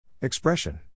Expression